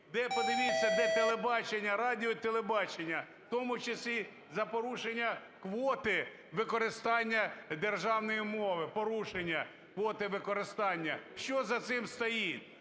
де, подивіться, де телебачення, радіо і телебачення, в тому числі за порушення квоти використання державної мови, порушення квоти використання, що за цим стоїть?